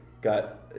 got